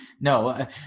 No